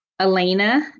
Elena